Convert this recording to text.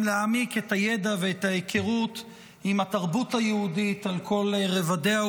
להעמיק את הידע ואת ההיכרות עם התרבות היהודית על כל רבדיה.